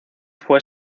fue